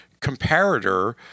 comparator